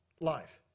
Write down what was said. life